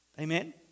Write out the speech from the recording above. Amen